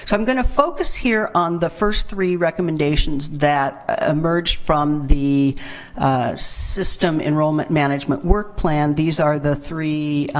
so i'm gonna focus here on the first three recommendations that emerge from the system enrollment management work plan. these are the three